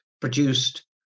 produced